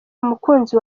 umukunzi